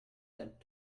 that